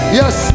yes